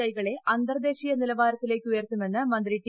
I കളെ അന്തീർദേശീയ നിലവാരത്തിലേക്ക് ഉയർത്തുമെന്ന് മന്ത്രി ടി